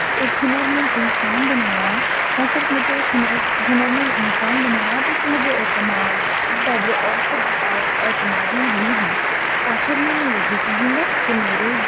ایک ہنرمند انسان بنایا ہاں صرف مجھے ایک ہنر ہنرمند انسان بنایا بلکہ مجھے اعتماد صبر اور خود اعتمادی بھی دی آخر میں میں یہی کہوں گا کہ میرے